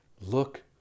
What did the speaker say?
look